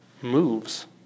moves